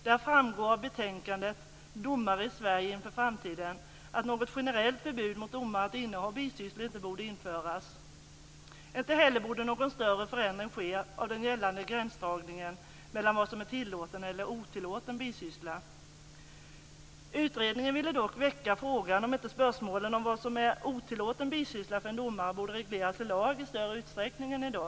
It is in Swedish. Där framgår av betänkandet Domare i Sverige inför framtiden att något generellt förbud för domare att inneha bisysslor inte borde införas, inte heller borde någon större förändring ske av den gällande gränsdragningen mellan vad som är tillåten eller otillåten bisyssla. Utredningen ville dock väcka frågan om inte spörsmålen om vad som är otillåten bisyssla för en domare borde regleras i lag i större utsträckning än i dag.